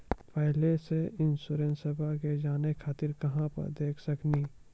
पहले के इंश्योरेंसबा के जाने खातिर कहां पर देख सकनी?